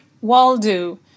Waldo